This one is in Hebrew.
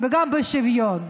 וגם בשוויון.